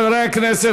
חברי הכנסת,